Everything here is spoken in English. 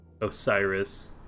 Osiris